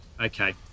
Okay